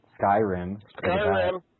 Skyrim